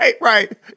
Right